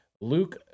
Luke